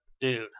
dude